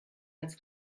als